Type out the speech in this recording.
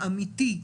האמיתי,